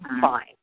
fine